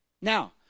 Now